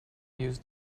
use